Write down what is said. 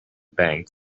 bank